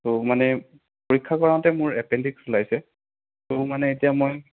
ত' মানে পৰীক্ষা কৰাওঁতে মোৰ এপেণ্ডিক্স ওলাইছে ত' মানে এতিয়া মই